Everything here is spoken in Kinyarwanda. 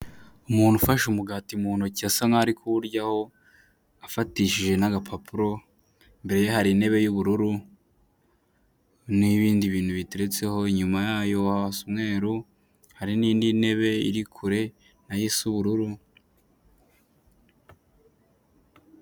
Umuntu ufashe umugati mu ntoki asa nkaho ari kuwuryaho afatishije n'agapapuro imbere ye hari intebe y'ubururu n'ibindi bintu biyiteretseho inyuma yayo hasa umweru hari nindi ntebe iri kure nayo isa ubururu.